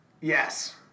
Yes